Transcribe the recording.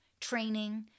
training